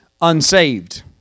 unsaved